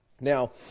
Now